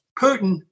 Putin